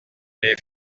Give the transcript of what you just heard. les